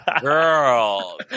Girl